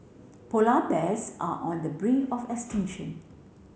polar bears are on the brink of extinction